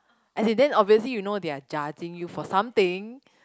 as in then obviously you know they are judging you for something